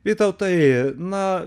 vytautai na